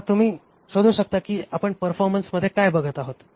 तेव्हा तुम्ही शोधू शकता कि आपण परफॉर्मन्समध्ये काय बघत आहोत